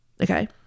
Okay